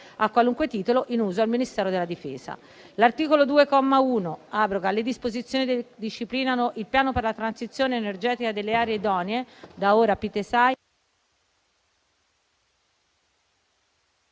a qualunque titolo in uso al Ministero della difesa. L'articolo 2, comma 1, abroga le disposizioni che disciplinano il Piano per la transizione energetica delle aree idonee (Pitesai)